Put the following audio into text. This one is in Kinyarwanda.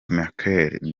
metkel